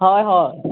হয় হয়